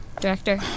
Director